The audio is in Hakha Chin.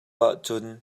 ahcun